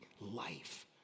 life